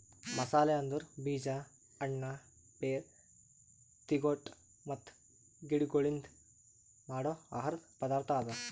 ಮಸಾಲೆ ಅಂದುರ್ ಬೀಜ, ಹಣ್ಣ, ಬೇರ್, ತಿಗೊಟ್ ಮತ್ತ ಗಿಡಗೊಳ್ಲಿಂದ್ ಮಾಡೋ ಆಹಾರದ್ ಪದಾರ್ಥ ಅದಾ